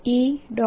J